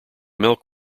milk